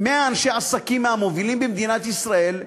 100 אנשי עסקים מהמובילים במדינת ישראל,